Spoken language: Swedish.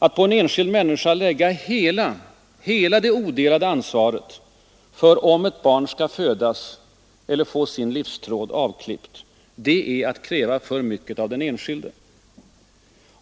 Att på en enskild människa lägga hela det odelade ansvaret för om ett barn skall födas eller få sin livstråd avklippt, det är att kräva för mycket av den enskilde.